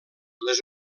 les